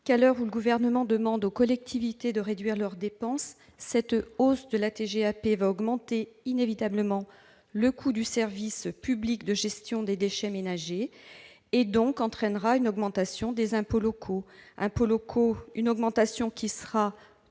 qu'à l'heure où le Gouvernement demande aux collectivités de réduire leurs dépenses, cette hausse de la TGAP va augmenter, inévitablement, le coût du service public de gestion des déchets ménagers, et entraînera donc une augmentation des impôts locaux. Cette hausse sera